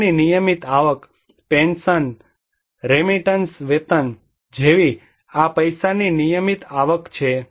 પૈસાની નિયમિત આવક પેન્શન રેમિટન્સ વેતન જેવી આ પૈસાની નિયમિત આવક છે